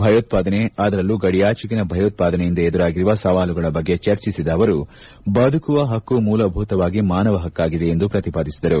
ಭಯೋತ್ಪಾದನೆ ಅದರಲ್ಲೂ ಗಡಿಯಾಚೆಗಿನ ಭಯೋತ್ಪಾದನೆಯಿಂದ ಎದುರಾಗಿರುವ ಸವಾಲುಗಳ ಬಗ್ಗೆ ಚರ್ಚಿಸಿದ ಅವರು ಬದುಕುವ ಪಕ್ಕು ಮೂಲಭೂತವಾದ ಮಾನವ ಪಕ್ಕಾಗಿದೆ ಎಂದು ಪ್ರತಿಪಾದಿಸಿದರು